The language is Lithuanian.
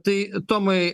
tai tomai